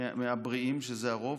מהבריאים, שזה הרוב,